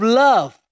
love